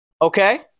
Okay